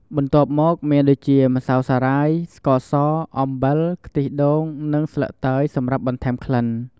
បន្ទាប់មកមានដូចជា ម្សៅសារាយ ស្ករស អំបិល ខ្ទិះដូង និង ស្លឹកតើយ សម្រាប់បន្ថែមក្លិន។